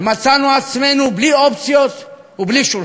ומצאנו את עצמנו בלי אופציות ובלי שולחן.